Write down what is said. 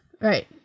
Right